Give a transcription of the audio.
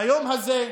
ביום הזה,